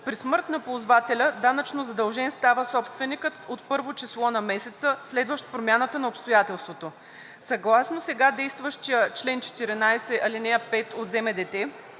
При смърт на ползвателя данъчно задължен става собственикът от първо число на месеца, следващ промяната на обстоятелството. Съгласно сега действащия чл. 14, ал. 5 от ЗМДТ